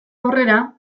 aurrera